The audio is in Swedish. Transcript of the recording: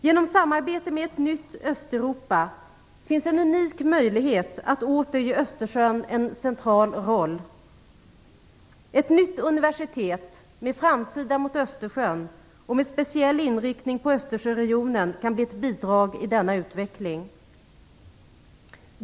Genom samarbete med ett nytt Östeuropa finns en unik möjlighet att åter ge Östersjön en central roll. Ett nytt universitet, med framsida mot Östersjön och med speciell inriktning på Östersjöregionen, kan bli ett bidrag i denna utveckling.